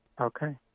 Okay